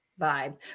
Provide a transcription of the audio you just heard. vibe